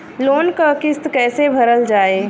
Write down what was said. Loan क किस्त कैसे भरल जाए?